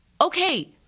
Okay